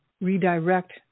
redirect